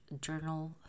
journal